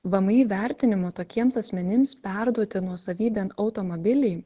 vmi vertinimu tokiems asmenims perduoti nuosavybėn automabiliai